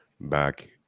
back